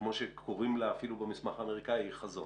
כמו שקוראים לה אפילו במסמך האמריקני, היא חזון.